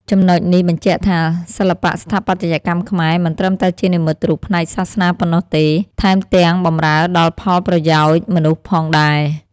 ចំណុចនេះបញ្ជាក់ថា សិល្បៈស្ថាបត្យកម្មខ្មែរមិនត្រឹមតែជានិមិត្តរូបផ្នែកសាសនាប៉ុណ្ណោះទេ ថែមទាំងបម្រើដល់ផលប្រយោជន៍មនុស្សផងដែរ។